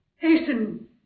Hasten